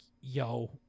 yo